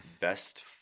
best